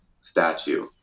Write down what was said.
statue